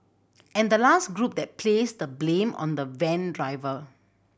and the last group that placed the blame on the van driver